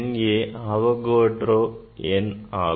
NA Avogadro எண் ஆகும்